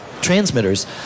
transmitters